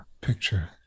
picture